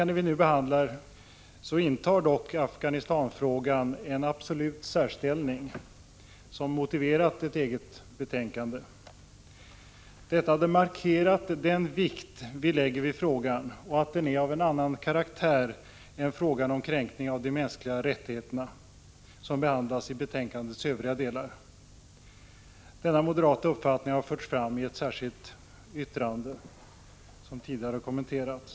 Där intar dock Afghanistanfrågan en absolut särställning, som motiverat att den behandlats i ett särskilt betänkande. Detta hade markerat den vikt vi lägger vid frågan och att den är av annan karaktär än frågan om kränkning av de mänskliga rättigheterna, som behandlas i betänkandets övriga delar. Denna moderata uppfattning har förts fram i ett särskilt yttrande, som tidigare har kommenterats.